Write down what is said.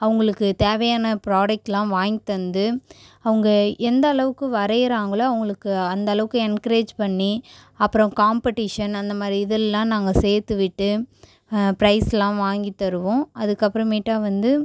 அவங்களுக்கு தேவையான ப்ராடக்ட்லாம் வாங்கி தந்து அவங்க எந்த அளவுக்கு வரைகிறாங்களோ அவங்களுக்கு அந்த அளவுக்கு என்கரேஜ் பண்ணி அப்புறம் காம்படிஷன் அந்த மாதிரி இதெல்லாம் நாங்கள் சேர்த்து விட்டு ப்ரைஸெலாம் வாங்கி தருவோம் அதுக்கப்புறமேட்டா வந்து